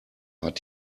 hat